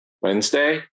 Wednesday